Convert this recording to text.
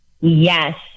Yes